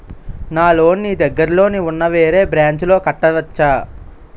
నా లోన్ నీ దగ్గర్లోని ఉన్న వేరే బ్రాంచ్ లో కట్టవచా?